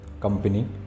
company